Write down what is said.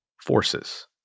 forces